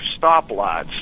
stoplights